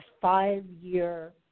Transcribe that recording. five-year